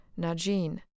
Najin